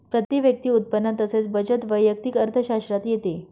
प्रती व्यक्ती उत्पन्न तसेच बचत वैयक्तिक अर्थशास्त्रात येते